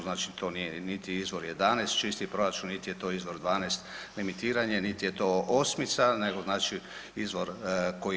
Znači, to nije niti izvor 11 čisti proračun, niti je to izvor 12 limitiranje, niti je to 8-ica nego znači izvor koji